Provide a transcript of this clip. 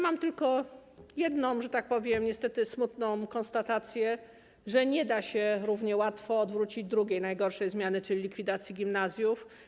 Mam tylko jedną, niestety smutną konstatację: że nie da się równie łatwo odwrócić drugiej najgorszej zmiany, czyli likwidacji gimnazjów.